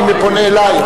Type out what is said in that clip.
אני פונה אלייך.